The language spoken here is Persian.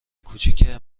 کوچیکه